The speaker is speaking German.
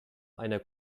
einer